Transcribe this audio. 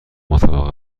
مطابق